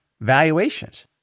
valuations